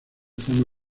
forma